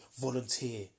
volunteer